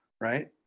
right